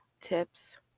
tips